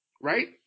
right